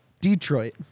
Detroit